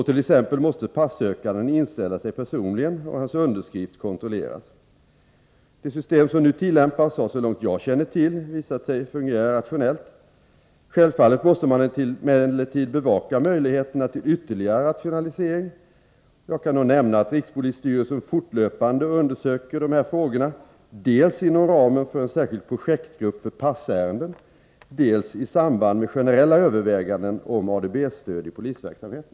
T.ex. måste passökanden inställa sig personligen, och hans underskrift kontrolleras. Det system som nu tillämpas har så långt jag känner till visat sig fungera rationellt. Självfallet måste man emellertid bevaka möjligheterna till ytterligare rationalisering. Jag kan nämna att rikspolisstyrelsen fortlöpande undersöker dessa frågor dels inom ramen för en särskild projektgrupp för passärenden, dels i samband med generella överväganden om ADB-stöd i polisverksamheten.